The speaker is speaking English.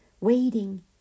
waiting